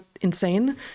insane